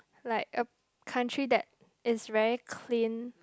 like a country that is very clean